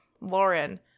Lauren